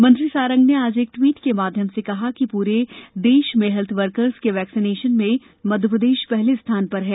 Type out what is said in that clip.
मंत्री सारंग ने आज एक ट्वीट के माध्यम से कहा है कि प्रदेश पूरे देश में हेल्थ वर्कर्स के वैक्सीनेशन में पहले स्थान पर है